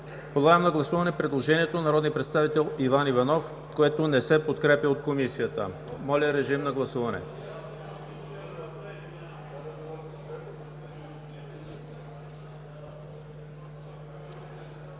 Подлагам на гласуване предложението на народния представител Иван Иванов, което не се подкрепя от Комисията. Моля, режим на гласуване.